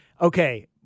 okay